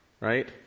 right